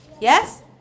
Yes